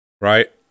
Right